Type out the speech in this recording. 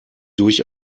durch